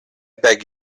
beg